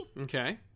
okay